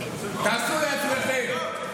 מבחנים, תעשו לעצמכם.